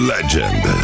Legend